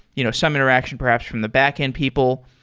you know some interaction perhaps from the back-end people?